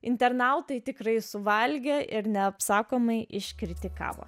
internautai tikrai suvalgė ir neapsakomai iškritikavo